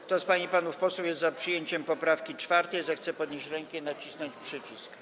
Kto z pań i panów posłów jest za przyjęciem poprawki 4., zechce podnieść rękę i nacisnąć przycisk.